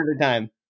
time